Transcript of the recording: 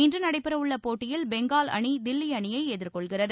இன்று நடைபெறவுள்ள போட்டியில் பெங்கால் அணி தில்லி அணியை எதிர்கொள்கிறது